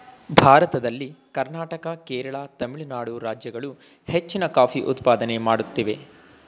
ಭಾರತದಲ್ಲಿ ಕರ್ನಾಟಕ, ಕೇರಳ, ತಮಿಳುನಾಡು ರಾಜ್ಯಗಳು ಹೆಚ್ಚಿನ ಕಾಫಿ ಉತ್ಪಾದನೆ ಮಾಡುತ್ತಿವೆ